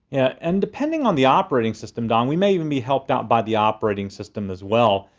and depending on the operating system, don, we may even be helped out by the operating system as well.